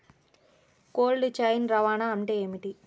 Cold chain రవాణా అంటే ఏమిటీ?